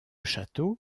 château